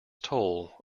toll